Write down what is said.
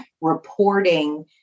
reporting